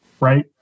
right